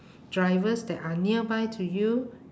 drivers that are nearby to you